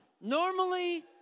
Normally